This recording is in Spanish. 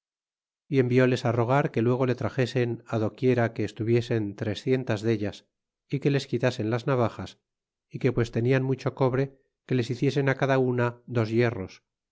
y envióles rogar que luego le traxesen do quiera que estuviesen trescientas deltas é que les quitasen las navajas é que pues tenian mucho cobre que les hiciesen cada una dos hierros